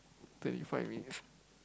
thirty five minutes